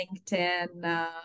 linkedin